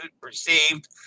received